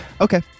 Okay